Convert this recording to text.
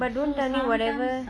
but don't tell me whatever